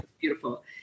beautiful